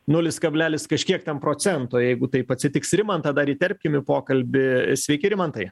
nulis kablelis kažkiek ten procento jeigu taip atsitiks rimantą dar įterpkim į pokalbį sveiki rimantai